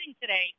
today